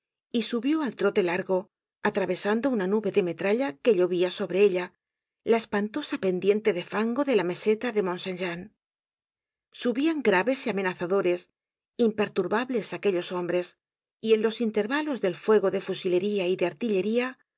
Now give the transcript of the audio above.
y subió al trote largo atravesando una nube de metralla que llovia sobre ella la espantosa pendiente de fango de la meseta de mont saint jean subian graves amenazadores imperturbables aquellos hombres y en los intervalos del fuego de fusilería y de artillería